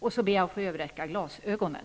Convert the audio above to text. Jag ber att få överräcka glasögonen!